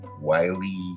Wiley